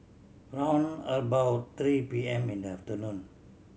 round about three P M in the afternoon